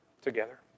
together